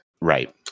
Right